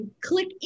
click